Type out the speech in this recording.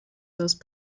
those